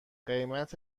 قیمت